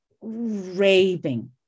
raving